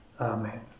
Amen